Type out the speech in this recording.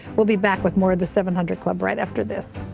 we'll be back with more of the seven hundred club right after this.